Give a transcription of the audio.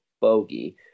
bogey